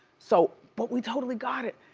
so but we totally got it!